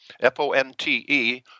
F-O-N-T-E